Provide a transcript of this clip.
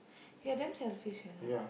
you're damn selfish you know